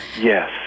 Yes